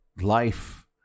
life